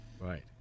right